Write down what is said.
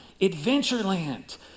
Adventureland